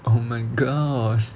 oh my gosh